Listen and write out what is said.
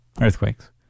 earthquakes